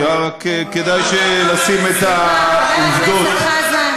רק כדאי לשים את העובדות, סליחה, חבר הכנסת חזן.